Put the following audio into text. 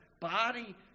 body